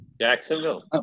Jacksonville